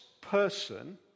person